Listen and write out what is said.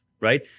right